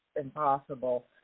impossible